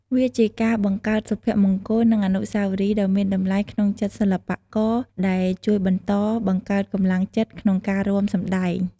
វាជាការបង្កើតសុភមង្គល និងអនុស្សាវរីយ៍ដ៏មានតម្លៃក្នុងចិត្តសិល្បករ ដែលជួយបន្តបង្កើតកម្លាំងចិត្តក្នុងការរាំសម្តែង។